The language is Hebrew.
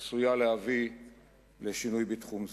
עשויה להביא לשינוי בתחום זה.